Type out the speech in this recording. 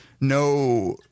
no